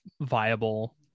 viable